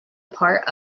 part